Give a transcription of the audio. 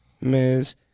Ms